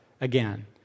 again